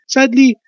Sadly